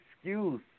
excuse